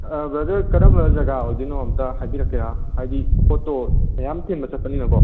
brother ꯀꯔꯝꯕ ꯖꯒꯥ ꯑꯣꯏꯒꯗꯣꯏꯅꯣ ꯑꯃꯨꯛꯇ ꯍꯥꯏꯕꯤꯔꯛꯀꯦꯔꯥ ꯍꯥꯏꯕꯗꯤ ꯄꯣꯠꯇꯣ ꯃꯌꯥꯝ ꯊꯤꯟꯕ ꯆꯠꯄꯅꯤꯅꯀꯣ